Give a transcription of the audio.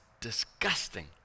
disgusting